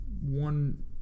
One